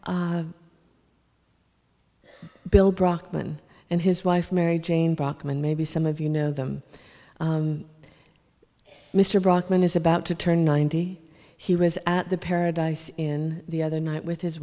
by bill brockman and his wife mary jane bachman maybe some of you know them mr brockman is about to turn ninety he was at the paradise in the other night with his